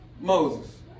Moses